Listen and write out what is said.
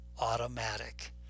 automatic